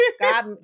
God